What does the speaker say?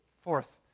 Fourth